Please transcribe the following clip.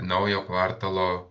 naujo kvartalo